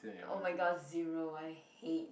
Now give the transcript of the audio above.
oh-my-god zero I hate durians